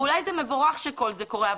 ואולי זה מבורך שכל זה קורה.